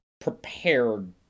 prepared